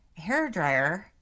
hairdryer